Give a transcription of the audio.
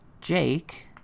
Jake